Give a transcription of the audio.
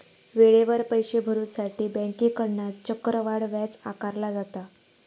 वेळेवर पैशे भरुसाठी बँकेकडना चक्रवाढ व्याज आकारला जाता